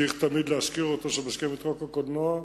צריך תמיד להזכיר אותו כשמזכירים את חוק הקולנוע,